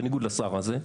בניגוד לשר הזה,